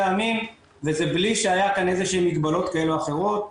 ימים וזה בלי שהיו כאן מגבלות כאלה או אחרות,